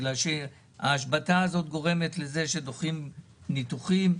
ההשבתה הזאת גורמת לזה שדוחים ניתוחים,